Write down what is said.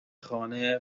خانه